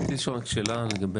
רציתי לשאול רק שאלה לגבי,